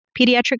Pediatric